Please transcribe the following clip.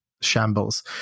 shambles